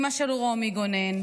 אימא של רומי גונן,